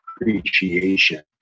appreciation